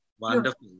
Wonderful